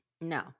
No